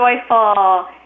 joyful